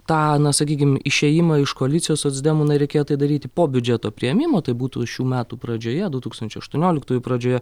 tą na sakykim išėjimą iš koalicijos socdemų na reikėjo tai daryti po biudžeto priėmimo tai būtų šių metų pradžioje du tūkstančiai aštuonioliktųjų pradžioje